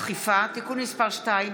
אכיפה) (תיקון מס' 2),